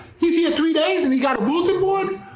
he's here three days and he's got a bulletin board?